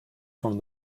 from